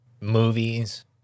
movies